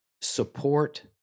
support